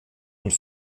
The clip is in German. und